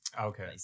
Okay